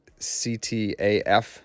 CTAF